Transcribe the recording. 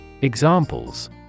Examples